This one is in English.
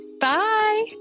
Bye